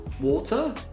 water